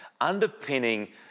underpinning